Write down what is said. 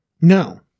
No